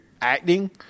acting